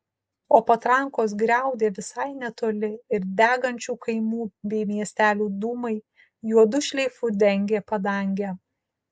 o patrankos griaudė visai netoli ir degančių kaimų bei miestelių dūmai juodu šleifu dengė padangę